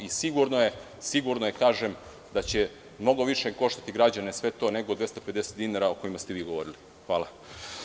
Sigurno je, kažem, da će mnogo više koštati građane sve to nego 250 dinara o kojima ste vi govorili.